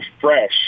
fresh